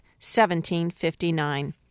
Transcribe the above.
1759